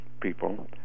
people